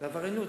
לעבריינות.